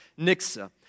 Nixa